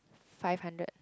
five hundred